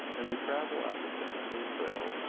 and they travel out the santa fe trail.